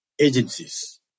agencies